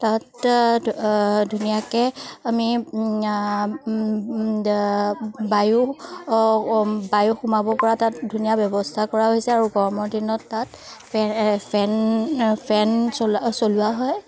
তাত ধুনীয়াকৈ আমি বায়ু বায়ু সোমাব পৰা তাত ধুনীয়া ব্যৱস্থা কৰা হৈছে আৰু গৰমৰ দিনত তাত ফেন ফেন চলোৱা হয়